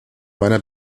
meiner